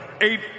eight